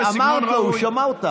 אמרת לו, הוא שמע אותך.